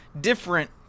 different